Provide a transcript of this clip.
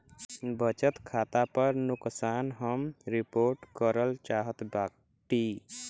बचत खाता पर नुकसान हम रिपोर्ट करल चाहत बाटी